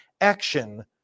action